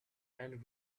and